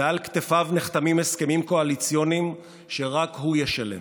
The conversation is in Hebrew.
ועל כתפיו נחתמים הסכמים קואליציוניים שרק הוא ישלם.